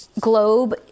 globe